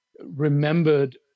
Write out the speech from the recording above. remembered